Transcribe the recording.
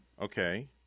Okay